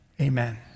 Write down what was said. amen